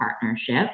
Partnership